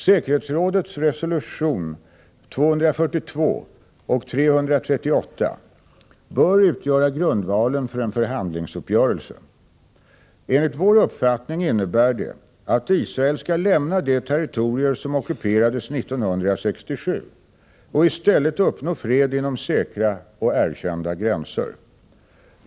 Säkerhetsrådets resolutioner 242 och 338 bör utgöra grundvalen för en förhandlingsuppgörelse. Enligt vår uppfattning innebär de att Israel skall lämna de territorier som ockuperades 1967 och i stället uppnå fred inom säkra och erkända gränser.